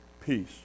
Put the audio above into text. peace